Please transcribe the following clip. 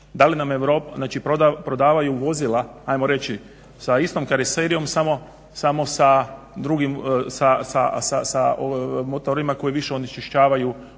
da li nam Europa, znači prodavaju vozila ajmo reći sa istom karoserijom samo sa drugim, sa motorima koji više onečišćavaju zrak.